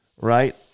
right